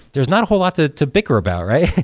there's not a whole lot to to bicker about, right?